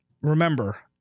Remember